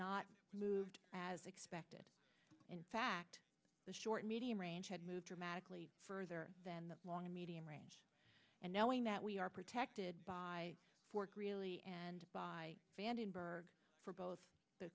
not moved as expected in fact the short medium range had moved dramatically further than the long and medium range and knowing that we are protected by work really and by vandenberg for both the